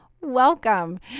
Welcome